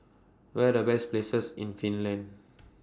What Are The Best Places in Finland